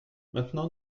maintenant